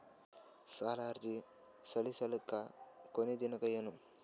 ಸಾಲ ಅರ್ಜಿ ಸಲ್ಲಿಸಲಿಕ ಕೊನಿ ದಿನಾಂಕ ಏನು?